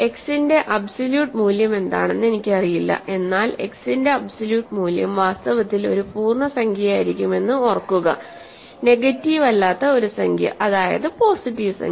X ന്റെ absolute മൂല്യം എന്താണെന്ന് എനിക്കറിയില്ല എന്നാൽ x ന്റെ അബ്സോല്യൂട്ട് മൂല്യം വാസ്തവത്തിൽ ഒരു പൂർണ്ണസംഖ്യയായിരിക്കുമെന്ന് ഓർക്കുക നെഗറ്റീവ് അല്ലാത്ത ഒരു സംഖ്യ അതായത് പോസിറ്റീവ് സംഖ്യ